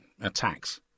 attacks